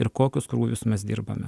ir kokius krūvius mes dirbame